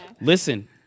Listen